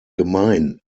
gemeinnützig